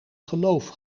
geloof